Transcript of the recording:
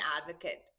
advocate